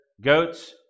Goats